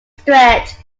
stretch